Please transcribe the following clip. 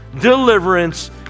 deliverance